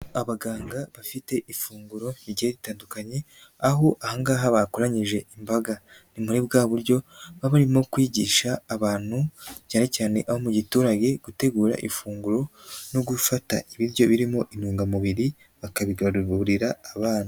Abaganga bafite ifunguro rigiye ritandukanye, aho aha ngaha bakoranyije imbaga. Ni muri bwa buryo baba barimo kwigisha abantu cyane cyane abo mu giturage gutegura ifunguro no gufata ibiryo birimo intungamubiri, bakabigaburira abana.